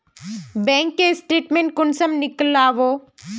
Bank के statement कुंसम नीकलावो?